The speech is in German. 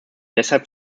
deshalb